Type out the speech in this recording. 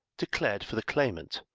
declared for the claimant,